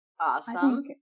Awesome